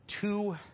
two